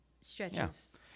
stretches